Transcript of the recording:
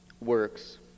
works